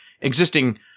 existing